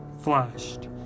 flashed